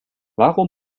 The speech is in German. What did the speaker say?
warum